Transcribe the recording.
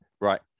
Right